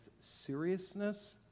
seriousness